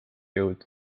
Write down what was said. jõud